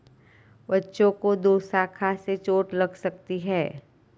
बच्चों को दोशाखा से चोट लग सकती है